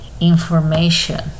information